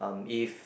um if